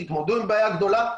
תתמודדו עם בעיה גדולה,